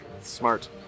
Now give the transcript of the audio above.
Smart